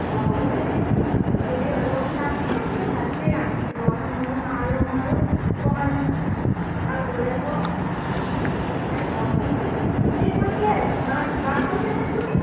অঁ সেনেকে দেৰি হ'লেও কথা নাই আপুনি সোনকালে ভাতখিনি ৰান্ধি থ'ব মই মা আৰু মইয়ো অকণমান আগবঢ়াই থও তাকে অঁ সেই কৈছে বাক বাক কৈছেনে আপুনি